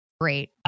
Great